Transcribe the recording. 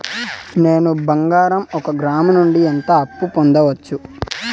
నేను బంగారం ఒక గ్రాము నుంచి ఎంత అప్పు పొందొచ్చు